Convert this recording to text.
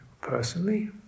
personally